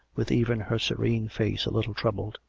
with even her serene face a little troubled.